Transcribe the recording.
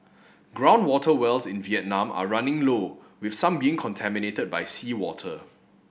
ground water wells in Vietnam are running low with some being contaminated by seawater